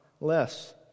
less